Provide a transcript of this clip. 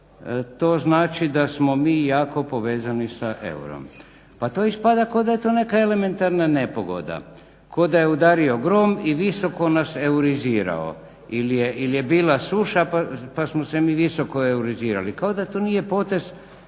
To znači da smo mi jako povezani sa eurom. Pa to ispada kao da je to neka elementarna nepogoda, kao da je udario grom i visoko nas eurizirao ili je bila suša pa smo se mi visoko eurizirali. Kao da to nije potez